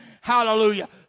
Hallelujah